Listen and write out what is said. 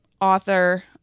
author